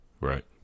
Right